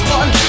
one